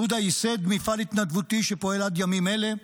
יהודה ייסד מפעל התנדבותי שפועל עד ימים אלה.